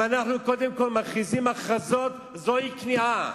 אם אנחנו קודם כול מכריזים הכרזות, זו כניעה.